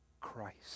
Christ